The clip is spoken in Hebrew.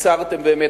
קיצרתם באמת,